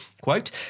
quote